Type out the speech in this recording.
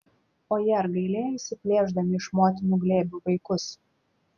o jie ar gailėjosi plėšdami iš motinų glėbių vaikus